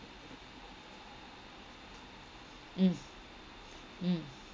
mm mm